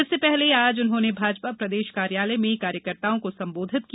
इससे पहले आज उन्होंने भाजपा प्रदेश कार्यालय में कार्यकर्ताओं को संबोधित किया